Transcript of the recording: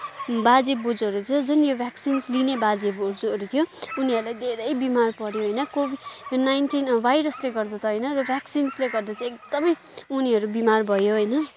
बाजे बज्यूहरू छ जुन यो भ्याक्सिन्स लिने बाजे बज्यूहरू थियो उनीहरूलाई धेरै बिमार पऱ्यो होइन कोभिड नाइन्टिन भाइरसले गर्दा त होइन र भ्याक्सिन्सले गर्दा चाहिँ एकदमै उनीहरू बिमार भयो होइन